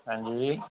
हां जी